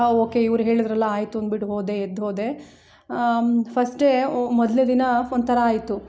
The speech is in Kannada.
ಆ ಓಕೆ ಇವ್ರು ಹೇಳಿದ್ರಲ್ಲ ಆಯ್ತು ಅಂದ್ಬಿಟ್ಟು ಹೋದೆ ಎದ್ದು ಹೋದೆ ಫಸ್ಟ್ ಡೇ ಮೊದ್ಲ ದಿನ ಒಂಥರ ಆಯ್ತು